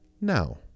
Now